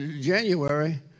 January